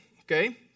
okay